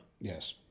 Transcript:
Yes